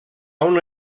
una